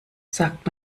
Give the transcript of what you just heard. sagt